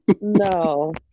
No